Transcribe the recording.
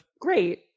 Great